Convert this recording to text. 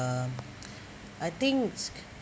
um I think